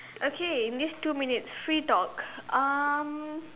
okay in this two minutes free talk um